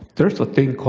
there's a thing